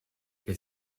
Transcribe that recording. che